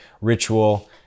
ritual